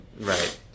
Right